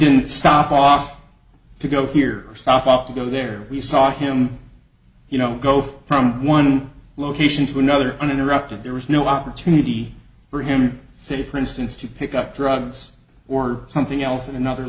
didn't stop off to go here stop off to go there we saw him you know go from one location to another uninterrupted there was no opportunity for him say for instance to pick up drugs or something else in another